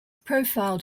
profiled